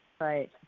Right